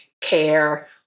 care